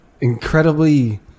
incredibly